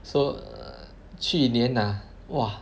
so err 去年 ah !wah!